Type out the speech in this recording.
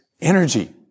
energy